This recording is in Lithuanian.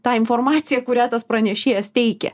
tą informaciją kurią tas pranešėjas teikia